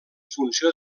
funció